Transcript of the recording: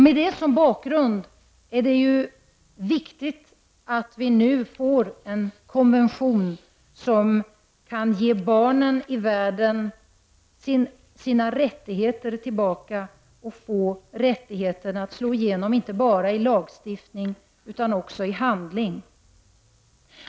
Med detta som bakgrund är det viktigt att vi nu får en konvention, som kan ge barnen i världen deras rättigheter tillbaka och få rättigheterna att slå igenom inte bara i lagstiftning utan också i handling.